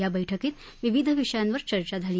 या बैठकीत विविध विषयांवर चर्चा झाली